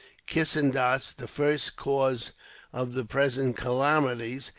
kissendas, the first cause of the present calamities,